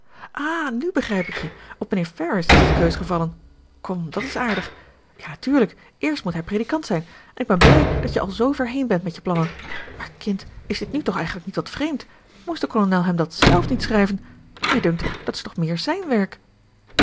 aha nu begrijp ik je op mijnheer ferrars is de keus gevallen kom dat is aardig ja natuurlijk eerst moet hij predikant zijn en ik ben blij dat je al zoover heen bent met je plannen maar kind is dit nu toch eigenlijk niet wat vreemd moest de kolonel hem dat zelf niet schrijven mij dunkt dat is toch meer zijn werk